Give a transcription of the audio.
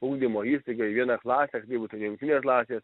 ugdymo įstaigą į vieną klasę kad tai būtų ne jungtinės klasės